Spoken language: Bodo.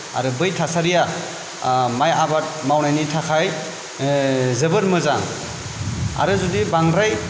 आरो बै थासारिया माइ आबाद मावनायनि थाखाय जोबोर मोजां आरो जुदि बांद्राय